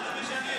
מה שאתה עושה.